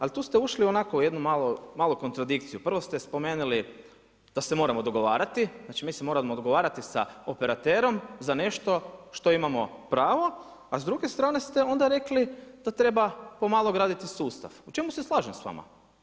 Ali tu ste ušli u onako jednu malu kontradikciju, prvo ste spomenuli da se moramo dogovarati, znači mi se moramo dogovarati sa operaterom za nešto što imamo pravo, a s druge strane ste onda rekli treba pomalo graditi sustav, po čemu se slažem s vama.